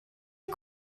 کنم